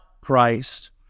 Christ